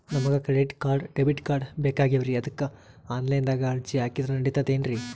ನಮಗ credit card, debit card ಬೇಕಾಗ್ಯಾವ್ರೀ ಅದಕ್ಕ ಆನಲೈನದಾಗ ಅರ್ಜಿ ಹಾಕಿದ್ರ ನಡಿತದೇನ್ರಿ?